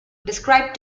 described